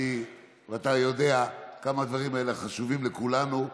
ואתה יודע כמה הדברים האלה חשובים לכולנו.